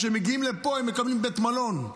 כשהם מגיעים לפה, הם מקבלים בית מלון.